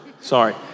Sorry